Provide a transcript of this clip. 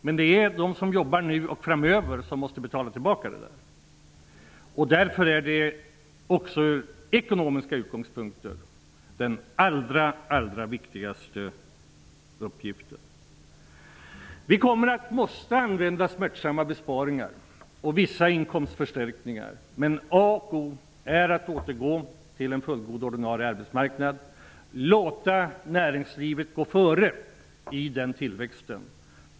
Men det är de som jobbar nu och framöver som måste betala tillbaka detta. Därför är också från ekonomiska utgångspunkter den allra viktigaste uppgiften att lyfta av denna börda. Vi kommer att tvingas göra smärtsamma besparingar och ta till vissa inkomstförstärkningar. Men a och o är att återgå till en fullgod ordinarie arbetsmarknad och låta näringslivet gå före i den tillväxten.